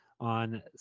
on